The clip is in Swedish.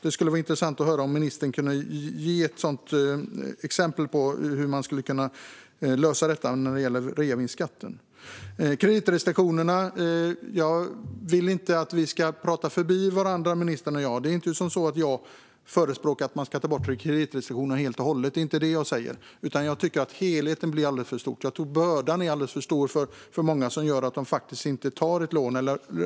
Det skulle vara intressant om ministern kunde ge något exempel på hur man skulle kunna lösa detta när det gäller reavinstskatten. När det gäller kreditrestriktionerna vill jag inte att vi ska prata förbi varandra, ministern och jag. Det är inte så att jag förespråkar att man ska ta bort kreditrestriktionerna helt och hållet. Det är inte det jag säger, utan jag tycker att helheten blir för stor. Jag tror att bördan är alldeles för stor för många, och det gör att de faktiskt inte kan ta ett lån.